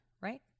right